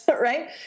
right